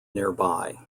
nearby